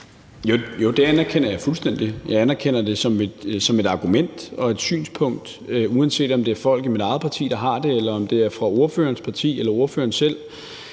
Jo, det anerkender jeg fuldstændig. Jeg anerkender det som et argument og et synspunkt, uanset om det er folk i mit eget parti, der har det, eller om det er fra ordførerens parti eller fra ordføreren selv.